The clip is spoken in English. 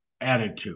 attitude